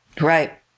Right